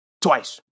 Twice